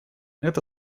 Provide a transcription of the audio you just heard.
это